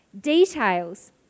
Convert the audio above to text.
details